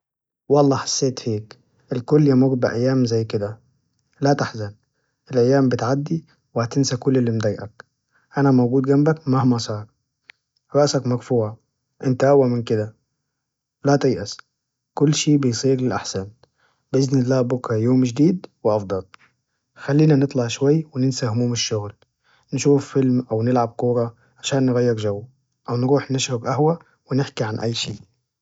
والله حسيت فيك، الكل يمر بأيام زي كده، لا تحزن الأيام بتعدي وهتنسى كل إللي مضيقك، أنا موجود جنبك مهما صار، راسك مرفوعة إنت أقوى من كده لا تيئس كل شي بيصير للأحسن بإذن الله، بكرة يوم جديد وأفضل، خلينا نطلع شوي وننسى هموم الشغل نشوف فيلم أو نلعب كورة عشان نغير جو، أو نروح نشرب أهوة ونحكي عن أي شي.